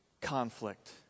conflict